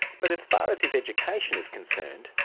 but as far as his education is concerned,